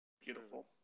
Beautiful